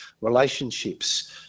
relationships